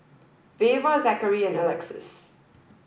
Veva Zackery and Alexys